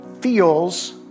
feels